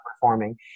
performing